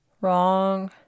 Wrong